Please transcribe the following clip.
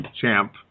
champ